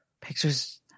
pictures